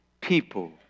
people